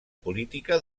política